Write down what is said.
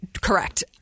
Correct